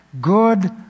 good